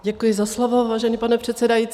Děkuji za slovo, vážený pane předsedající.